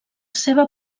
seva